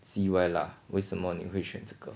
see why lah 为什么你会选这个